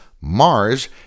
Mars